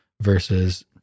versus